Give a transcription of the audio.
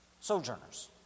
sojourners